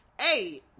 hey